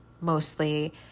mostly